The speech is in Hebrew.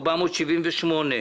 פנייה 478